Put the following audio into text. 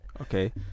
okay